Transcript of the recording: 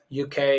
UK